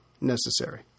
necessary